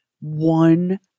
one